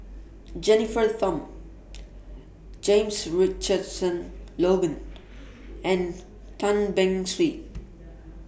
Jennifer Tham James Richardson Logan and Tan Beng Swee